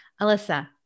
Alyssa